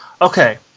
okay